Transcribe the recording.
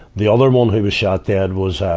the other one who was shot dead was, um,